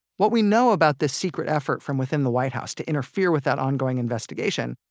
what we know about this secret effort from within the white house to interfere with that ongoing investigation.